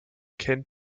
kennt